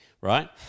right